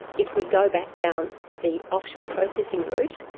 if we go back down the offshore processing route,